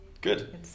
Good